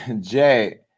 jay